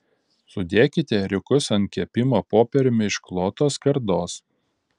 sudėkite ėriukus ant kepimo popieriumi išklotos skardos